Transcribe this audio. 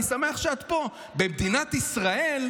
אני שמח שאת פה: במדינת ישראל,